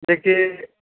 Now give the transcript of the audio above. देखिए